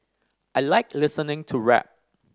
I like listening to rap